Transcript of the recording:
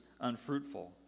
unfruitful